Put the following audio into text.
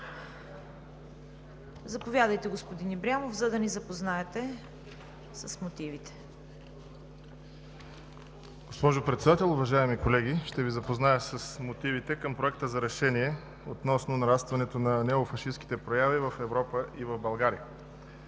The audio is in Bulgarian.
Заповядайте, господин Ибрямов, за да ни запознаете с мотивите. ДЖЕЙХАН ИБРЯМОВ (ДПС): Госпожо Председател, уважаеми колеги. Ще Ви запозная с мотивите към Проекта за решение относно нарастването на неофашистките прояви в Европа и в България.